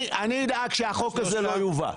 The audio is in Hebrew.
אני אדאג שהחוק הזה לא יובא.